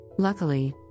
Luckily